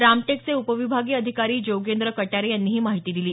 रामटेकचे उपविभागीय अधिकारी जोगेंद्र कट्यारे यांनी ही माहिती दिली